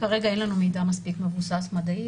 כרגע אין לנו מידע מספיק מבוסס מדעית.